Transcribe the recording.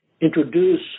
introduce